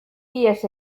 ihes